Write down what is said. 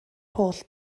holl